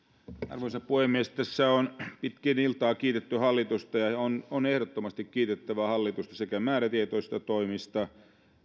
arvoisa puhemies tässä on pitkin iltaa kiitetty hallitusta ja on ehdottomasti kiitettävä hallitusta sekä määrätietoisista